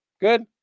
Good